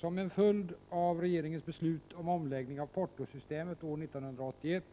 Som en följd av regeringens beslut om omläggning av portosystemet år 1981,